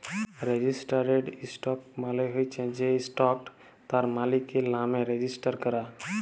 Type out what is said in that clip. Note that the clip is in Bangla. রেজিস্টারেড ইসটক মালে হচ্যে যে ইসটকট তার মালিকের লামে রেজিস্টার ক্যরা